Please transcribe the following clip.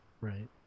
Right